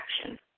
action